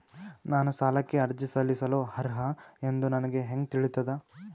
ನಾನು ಸಾಲಕ್ಕೆ ಅರ್ಜಿ ಸಲ್ಲಿಸಲು ಅರ್ಹ ಎಂದು ನನಗೆ ಹೆಂಗ್ ತಿಳಿತದ?